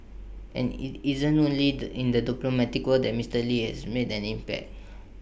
and IT isn't only the in the diplomatic world that Mister lee has made an impact